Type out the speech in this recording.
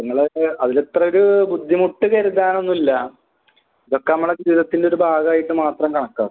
ഇങ്ങളൊക്കെ അതിലിത്ര ഒരു ബുദ്ധിമുട്ട് കരുതാനൊന്നുമില്ല ഇതക്കെ നമ്മുടെ ജീവിതത്തിൻ്റെ ഒരു ഭാഗമായിട്ട് മാത്രം കണക്കാക്കുക